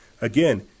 Again